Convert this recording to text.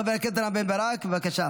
חבר הכנסת רם בן ברק, בבקשה.